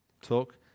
Talk